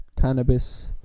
cannabis